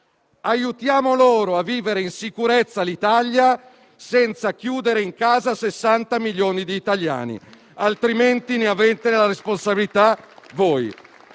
Aiutiamo loro a vivere in sicurezza l'Italia, senza chiudere in casa 60 milioni di italiani; altrimenti, ne avrete la responsabilità.